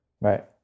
Right